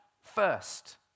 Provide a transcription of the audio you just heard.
first